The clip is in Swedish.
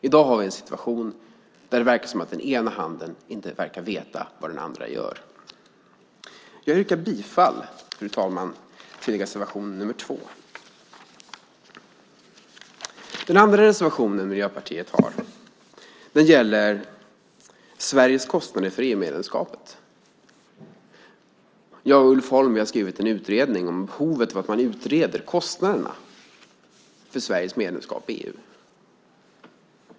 I dag har vi en situation där det verkar som att den ena handen inte vet vad den andra gör. Jag yrkar bifall, fru talman, till reservation nr 2. Den andra reservationen Miljöpartiet har gäller Sveriges kostnader för EU-medlemskapet. Jag och Ulf Holm har skrivit en utredning om behovet av att man utreder kostnaderna för Sveriges medlemskap i EU.